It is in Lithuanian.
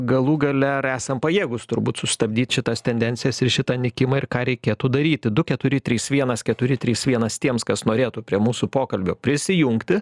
galų gale ar esam pajėgūs turbūt sustabdyt šitas tendencijas ir šitą nykimą ir ką reikėtų daryti du keturi trys vienas keturi trys vienas tiems kas norėtų prie mūsų pokalbio prisijungti